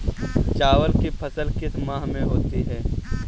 चावल की फसल किस माह में होती है?